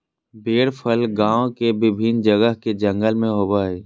बेर फल गांव के विभिन्न जगह के जंगल में होबो हइ